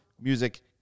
music